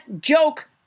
joke